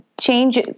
Change